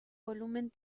volumen